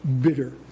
bitter